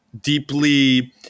deeply